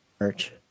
merch